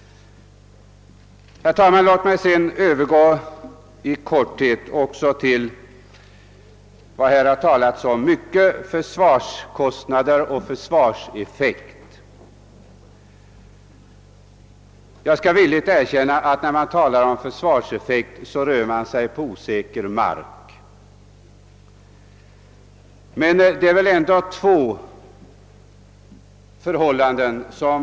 Herr talman! Låt sedan även mig i korthet beröra frågan om försvarskostnader och försvarseffekt. Jag skall villigt erkänna att man rör sig på mycket osäker mark när man talar om försvarseffekt.